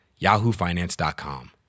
yahoofinance.com